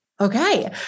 okay